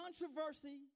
controversy